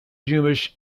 jewish